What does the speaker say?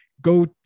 go